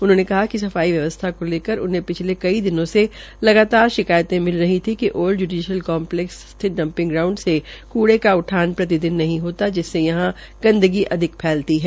उन्होंने कहा कि सफाई व्यवस्था को लेकर उन्हें पिछले कई दिनों से लगातार शिकायतें मिल रही थी कि ओल्ड जयूडीशियल कम्पलैक्स क स्थित डपिंग ग्राउंड से कूड़ा का उठान प्रतिदिन नहीं होता जिससे यहां गंदगी अधिक फैलती है